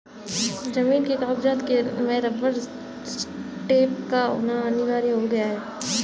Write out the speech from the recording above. जमीन के कागजात में रबर स्टैंप का होना अनिवार्य हो गया है